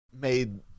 made